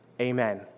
Amen